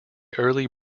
early